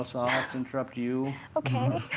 else i'll have to interrupt you. ok.